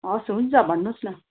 हस् हुन्छ भन्नुहोस् न